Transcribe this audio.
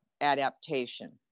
adaptation